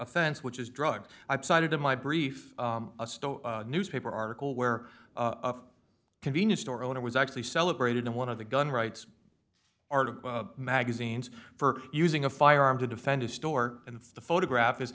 offense which is drug i've cited in my brief newspaper article where a convenience store owner was actually celebrated in one of the gun rights art of magazines for using a firearm to defend his store and the photograph is